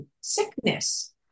sickness